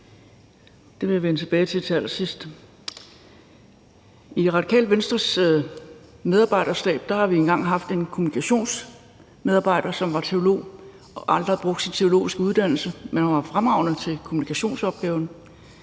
I Radikale Venstres medarbejderstab har vi engang haft en kommunikationsmedarbejder, som var teolog, og som aldrig havde brugt sin teologiske uddannelse, men hun var fremragende til kommunikationsopgaven.